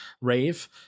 Rave